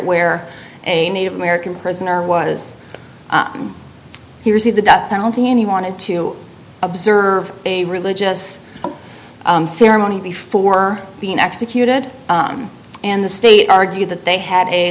where a native american prisoner was here's the the death penalty and he wanted to observe a religious ceremony before being executed and the state argued that they had a